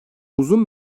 uzun